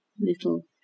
little